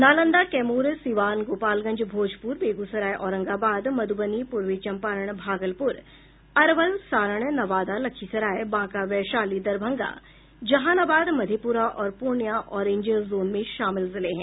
नालंदा कैमूर सिवान गोपालगंज भोजपुर बेगूसराय औरंगाबाद मधुबनी पूर्वी चंपारण भागलपुर अरवल सारण नवादा लखीसराय बांका वैशाली दरभंगा जहानाबाद मधेपुरा और Purnia orange zone में शामिल जिले हैं